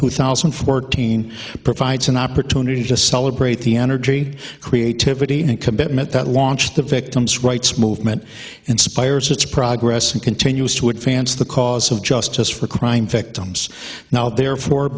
two thousand and fourteen provides an opportunity to celebrate the energy creativity and commitment that launched the victims rights movement and suppliers its progress and continues to advance the cause of justice for crime victims now therefore